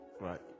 right